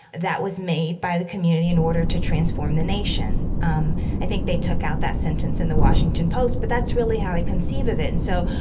that was made by the community in order to transform the nation. um, i think they took out that sentence in the washington post, but that's really how i conceive of it. and so,